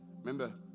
remember